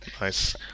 Nice